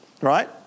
Right